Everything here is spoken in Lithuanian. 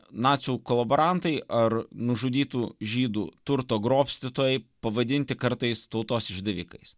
nacių kolaborantai ar nužudytų žydų turto grobstytojai pavadinti kartais tautos išdavikais